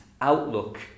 outlook